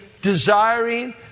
desiring